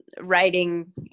writing